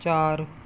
ਚਾਰ